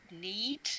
need